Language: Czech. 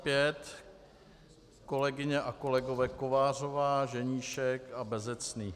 B/25 kolegyně a kolegové Kovářová, Ženíšek a Bezecný.